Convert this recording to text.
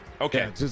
Okay